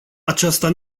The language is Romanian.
aceasta